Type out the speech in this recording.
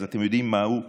אז אתם יודעים מה הוא מפזר.